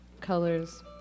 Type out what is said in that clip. colors